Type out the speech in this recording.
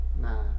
Nah